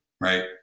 right